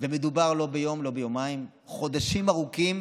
ומדובר לא ביום ולא ביומיים, חודשים ארוכים